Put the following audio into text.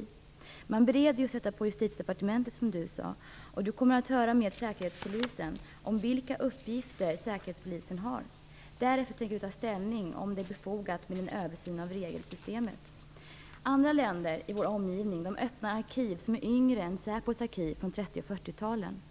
Justitieministern säger att man just nu bereder ansökningar inom Justitiedepartementet. Hon säger vidare att hon kommer att höra med Säkerhetspolisen om vilka uppgifter man har och därefter kommer att ta ställning till om det är befogat med en översyn av regelsystemet. Andra länder i vår omgivning öppnar arkiv som är yngre än SÄPO:s arkiv från 30 och 40-talen.